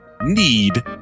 need